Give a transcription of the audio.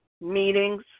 meetings